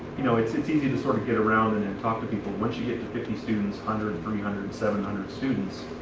you know, it's it's easy to sort of get around and and talk to people, but once you get to fifty students, hundred, three hundred, and seven hundred students,